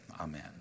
Amen